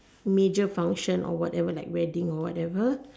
major function or whatever like wedding or whatever